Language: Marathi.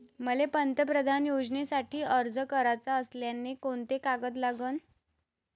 मले पंतप्रधान योजनेसाठी अर्ज कराचा असल्याने कोंते कागद लागन?